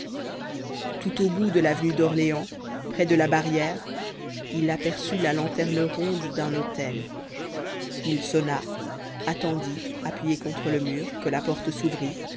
tout au bout de l'avenue d'orléans près de la barrière il aperçut la lanterne ronde d'un hôtel il sonna attendit appuyé contre le mur que la porte